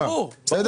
ברור.